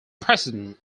president